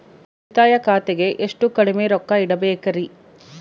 ಉಳಿತಾಯ ಖಾತೆಗೆ ಎಷ್ಟು ಕಡಿಮೆ ರೊಕ್ಕ ಇಡಬೇಕರಿ?